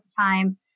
time